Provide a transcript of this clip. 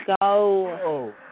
Go